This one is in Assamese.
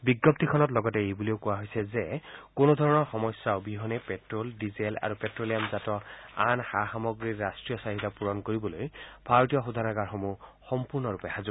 বিজ্ঞপ্তিখনত লগতে এই বুলিও কোৱা হৈছে যে কোনোধৰণৰ সমস্যা অবিহনে প্টেল ডিজেল আৰু পেট্ৰ লিয়ামজাত আন সা সামগ্ৰীৰ ৰাষ্ট্ৰীয় চাহিদা পূৰণ কৰিবলৈ ভাৰতীয় শোধনাগাৰসমূহ সম্পূৰ্ণৰূপে সাজু